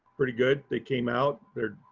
pretty good. they came out there,